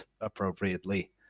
appropriately